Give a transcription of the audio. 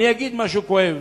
אני אגיד משהו כואב: